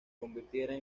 convertiría